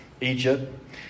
Egypt